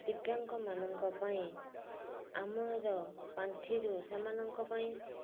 ଦିବ୍ୟାଙ୍ଗ ମାନଙ୍କ ପାଇଁ ଆମର ପାଣ୍ଠିରୁ ସେମାନଙ୍କ ପାଇଁ